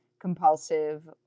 compulsive